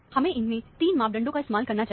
हमे इन्मे तीन मापदंडों का इस्तेमाल करना चाहिए